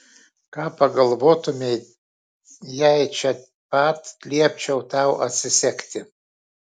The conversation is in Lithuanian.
ką pagalvotumei jei čia pat liepčiau tau atsisegti